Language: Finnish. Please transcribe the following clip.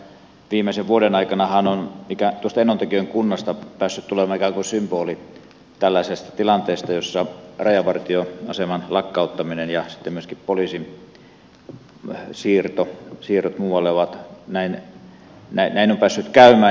tässä viimeisen vuoden aikanahan on tuosta enontekiön kunnasta päässyt tulemaan ikään kuin symboli tällaisesta tilanteesta jossa on tehty rajavartioaseman lakkauttaminen ja sitten myöskin poliisin siirrot muualle näin on päässyt käymään